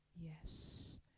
Yes